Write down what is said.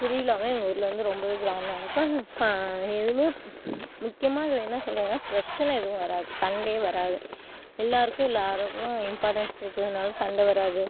திருவிழாதான் எங்கள் ஊரில் வந்து ரொம்ப கிராண்டாக நடக்கும் ஆனால் எதுவுமே முக்கியமாக அதில் என்ன சொல்கிறதுனா பிரச்சனை எதுவும் வராது சண்டை வராது எல்லோருக்கும் எல்லோருக்கும் இம்பார்ட்டன்ஸ் கொடுக்குறதுனால சண்டை வராது